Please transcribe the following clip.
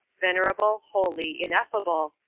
venerable, holy, ineffable,